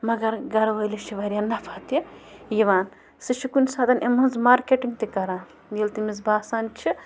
مگر گَرٕ وٲلِس چھِ واریاہ نفع تہِ یِوان سُہ چھِ کُنۍ ساتَن امۍ منٛز مارکٮ۪ٹِنٛگ تہِ کَران ییٚلہِ تٔمِس باسان چھِ